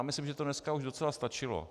Myslím, že to dneska už docela stačilo.